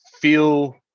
feel